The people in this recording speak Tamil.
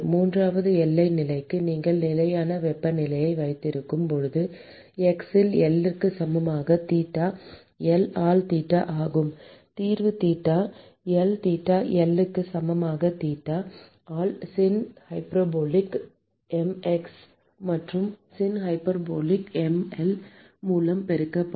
மூன்றாவது எல்லை நிலைக்கு நீங்கள் நிலையான வெப்பநிலையை வைத்திருக்கும் போது x இல் L க்கு சமமான தீட்டா எல் தீட்டா எல் ஆகும் தீர்வு தீட்டா எல் தீட்டா எல் க்கு சமமான தீட்டா ஆல் சின் ஹைபர்போலிக் எம்எக்ஸ் மற்றும் சின் ஹைபர்போலிக் எம் எல் மூலம் பெருக்கப்படும்